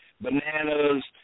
Bananas